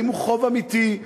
האם הוא חוב אמיתי.